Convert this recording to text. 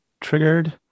triggered